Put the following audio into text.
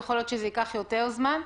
יכול להיות שזה ייקח יותר זמן.